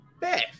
Beth